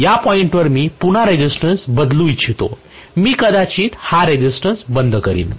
या पॉइंटवर मी पुन्हा रेसिस्टन्स बदलू इच्छितो की कदाचित मी हा रेसिस्टन्स बंद करीन